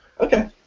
Okay